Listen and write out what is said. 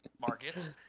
markets